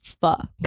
fuck